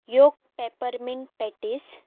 york peppermint patties